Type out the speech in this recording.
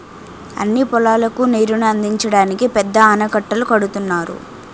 అన్ని పొలాలకు నీరుని అందించడానికి పెద్ద ఆనకట్టలు కడుతున్నారు